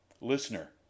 Listener